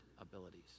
abilities